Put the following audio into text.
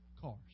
cars